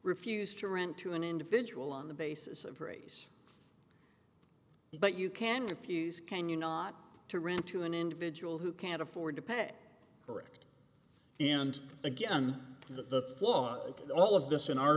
refuse to rent to an individual on the basis of race but you can refuse can you not to rent to an individual who can't afford to pay for it and again that the flaw in all of this in our